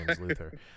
Luther